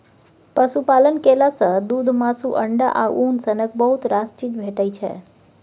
पशुपालन केला सँ दुध, मासु, अंडा आ उन सनक बहुत रास चीज भेटै छै